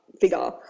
figure